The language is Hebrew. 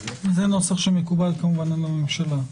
זה נוסח שמקובל כמובן על הממשלה.